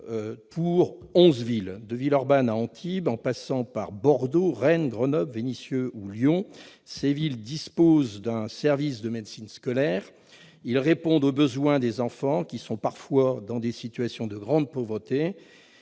parmi lesquelles Villeurbanne, Antibes, Bordeaux, Rennes, Grenoble, Vénissieux ou Lyon, qui disposent d'un service de médecine scolaire. Ceux-ci répondent aux besoins des enfants, qui sont parfois dans des situations de grande pauvreté.